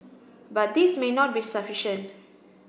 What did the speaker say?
but this may not be sufficient